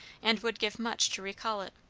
and would give much to recall it.